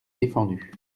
défendu